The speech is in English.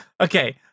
Okay